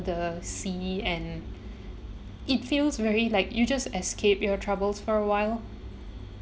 the sea and it feels very like you just escape your troubles for a while